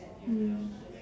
mm